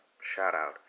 shout-out